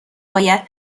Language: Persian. باید